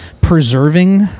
preserving